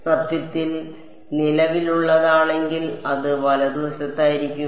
സത്യത്തിൽ അതെ നിലവിലുള്ളതാണെങ്കിൽ അത് വലതുവശത്തായിരിക്കും